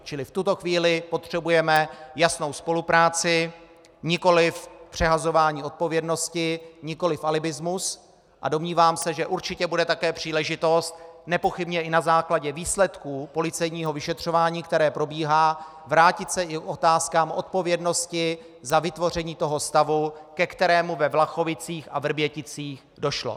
Čili v tuto chvíli potřebujeme jasnou spolupráci, nikoli přehazování odpovědnosti, nikoli alibismus, a domnívám se, že určitě bude také příležitost nepochybně i na základě výsledků policejního vyšetřování, které probíhá, vrátit se i k otázkám odpovědnosti za vytvoření stavu, ke kterému ve Vlachovicích a Vrběticích došlo.